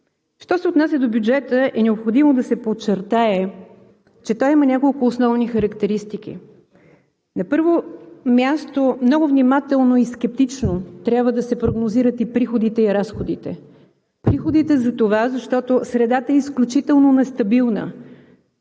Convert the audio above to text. Що се отнася до бюджета е необходимо да се подчертае, че той има няколко основни характеристики. На първо място, много внимателно и скептично трябва да се прогнозират и приходите, и разходите. Приходите, затова защото средата е изключително нестабилна.